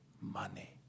money